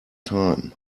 time